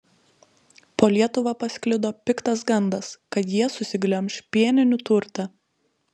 po lietuvą pasklido piktas gandas kad jie susiglemš pieninių turtą